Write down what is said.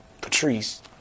Patrice